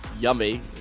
Yummy